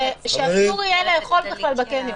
לאסור לאכול בקניון.